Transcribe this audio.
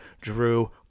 Drew